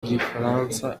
gifaransa